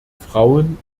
frauen